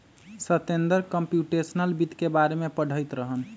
Satender computational वित्त के बारे में पढ़ईत रहन